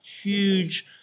huge